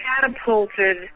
catapulted